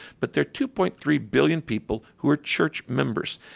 but there are two point three billion people who are church members.